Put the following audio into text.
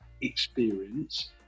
experience